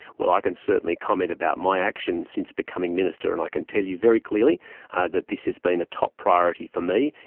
well, i can certainly comment about my actions since becoming minister and i can tell you very clearly that this has been a top priority for me.